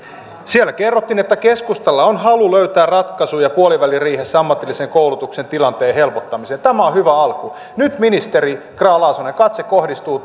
siellä kerrottiin että keskustalla on halu löytää ratkaisuja puoliväliriihessä ammatillisen koulutuksen tilanteen helpottamiseksi tämä on hyvä alku nyt ministeri grahn laasonen katse kohdistuu